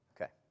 Okay